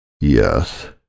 Yes